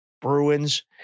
Bruins